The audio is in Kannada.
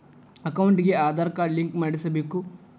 ಅಕೌಂಟಿಗೆ ಆಧಾರ್ ಕಾರ್ಡ್ ಲಿಂಕ್ ಮಾಡಿಸಬೇಕು?